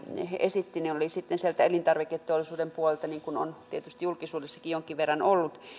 esitti oli sieltä elintarviketeollisuuden puolelta niin kuin on tietysti julkisuudessakin jonkin verran ollut